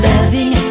Loving